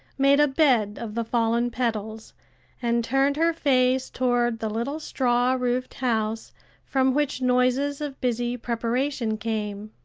made a bed of the fallen petals and turned her face toward the little straw-roofed house from which noises of busy preparation came.